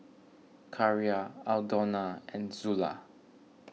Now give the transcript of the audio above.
Carra Aldona and Zula